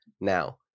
Now